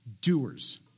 Doers